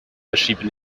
verschiebe